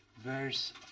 verse